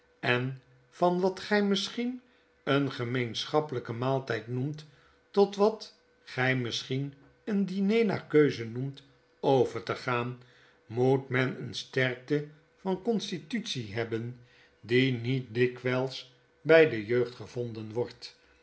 en van wat gij misschien een gemeenschappelijken maaltyd noemt tot wat gij misschien een diner naar keuze noemt over te gaan moet men een sterkte van constitutie hebben die niet dikwijls bij de jeugd gevonden wordt